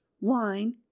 wine